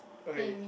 okay